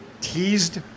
teased